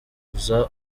kuza